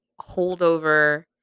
holdover